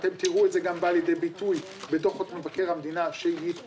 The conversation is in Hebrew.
אתם תראו את זה גם בא לידי ביטוי בדוחות מבקר המדינה שהתפרסמו,